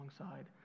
alongside